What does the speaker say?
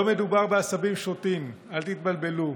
לא מדובר על עשבים שוטים, אל תתבלבלו.